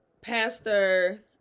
pastor